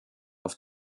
auf